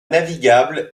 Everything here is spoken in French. navigable